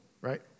right